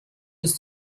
use